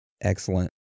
Excellent